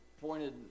pointed